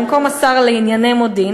במקום השר לענייני מודיעין,